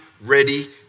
ready